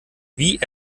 wie